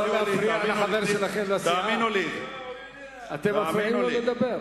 חברים, אתם מפריעים לו לדבר.